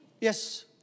Yes